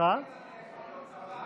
אני מבקש גם פה,